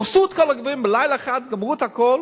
הרסו את כל הקברים בלילה אחד, גמרו את הכול,